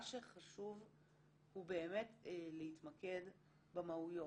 מה שחשוב הוא באמת להתמקד במהויות.